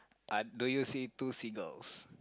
ah do you see two seagulls